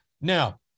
Now